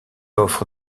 offre